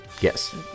yes